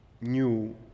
new